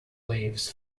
waves